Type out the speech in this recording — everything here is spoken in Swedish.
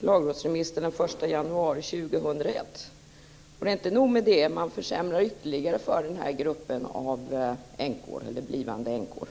lagrådsremissen genomföras den 1 januari 2001. Inte nog med det - man försämrar dessutom ytterligare för den här gruppen änkor/blivande änkor.